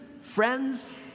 friends